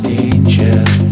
angel